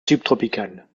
subtropicales